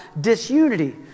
disunity